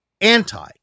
Anti